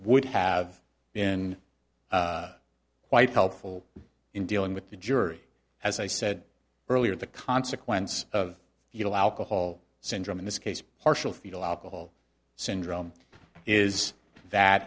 would have been quite helpful in dealing with the jury as i said earlier the consequence of you know alcohol syndrome in this case partial fetal alcohol syndrome is that